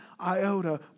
iota